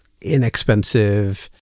inexpensive